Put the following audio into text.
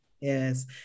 Yes